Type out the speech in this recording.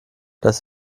das